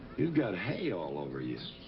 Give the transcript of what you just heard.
you've got hay all over you.